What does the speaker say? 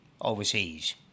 overseas